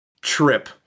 trip